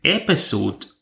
episode